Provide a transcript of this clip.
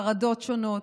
חרדות שונות,